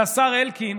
על השר אלקין,